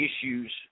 Issues